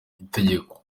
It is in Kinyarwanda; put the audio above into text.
itegeko